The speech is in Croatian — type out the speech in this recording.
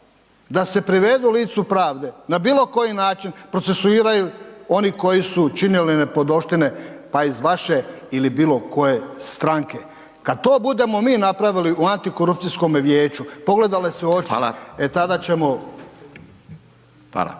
da se privedu licu pravde na bilo koji način procesuiraju oni koji su čini nepodopštine pa iz vaše ili bilo koje stranke? Kad to budemo mi napravi u antikorupcijskom vijeću, pogledali se u oči …/Upadica: Hvala./…